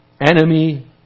enemy